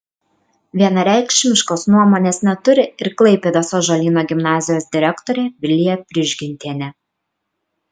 vienareikšmiškos nuomonės neturi ir klaipėdos ąžuolyno gimnazijos direktorė vilija prižgintienė